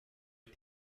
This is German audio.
ich